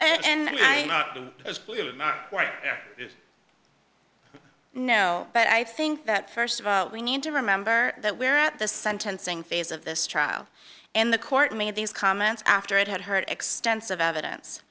do and i was clearly not no but i think that st of all we need to remember that we're at the sentencing phase of this trial and the court made these comments after it had heard extensive evidence